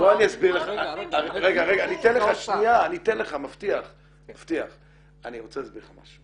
כל הקלפים שלכם -- אני רוצה להסביר לך משהו